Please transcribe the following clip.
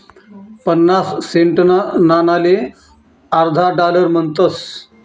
पन्नास सेंटना नाणाले अर्धा डालर म्हणतस